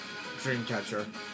Dreamcatcher